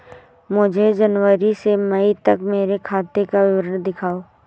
मुझे जनवरी से मई तक मेरे खाते का विवरण दिखाओ?